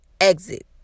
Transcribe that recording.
exit